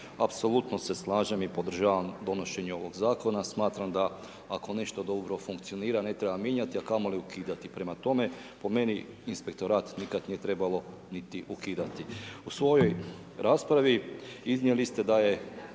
apsolutno se slažem i podržavam donošenje ovog zakona, smatram da ako nešto dobro funkcionira ne treba mijenjati a kamoli ukidati, prema tome po meni inspektorat nikad nije trebalo niti ukidati. U svojoj raspravi iznijeli ste da je